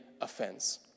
offense